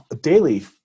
daily